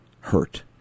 hurt